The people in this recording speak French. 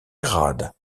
grades